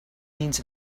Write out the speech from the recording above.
means